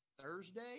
Thursday